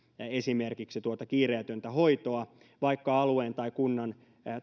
esimerkiksi tuota kiireetöntä hoitoa vaikka alueen tai kunnan